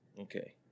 Okay